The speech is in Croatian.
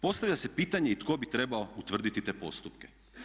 Postavlja se pitanje i tko bi trebao utvrditi te postupke.